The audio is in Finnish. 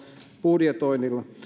budjetoinnilla